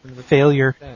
Failure